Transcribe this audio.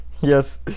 Yes